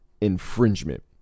infringement